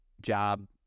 job